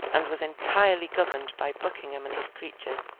and was entirely governed by buckingham and his creatures.